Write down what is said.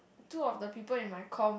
two of the people in my comm